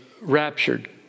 raptured